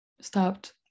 stopped